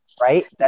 right